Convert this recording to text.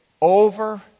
Over